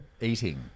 eating